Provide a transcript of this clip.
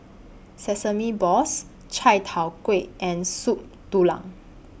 Sesame Balls Chai Tow Kuay and Soup Tulang